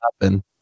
happen